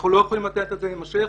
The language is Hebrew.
אנחנו לא יכולים לתת לזה להימשך.